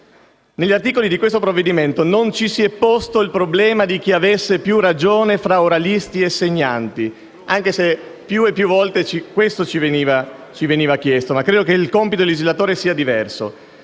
Negli articoli di questo provvedimento non ci si è posto il problema di chi avesse più ragione fra oralisti e segnanti, anche se più e più volte questo ci veniva chiesto, ma credo che il compito del legislatore sia diverso: